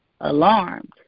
alarmed